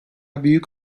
büyük